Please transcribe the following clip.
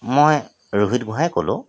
মই ৰোহিত গোঁহাইয়ে ক'লোঁ